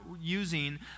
using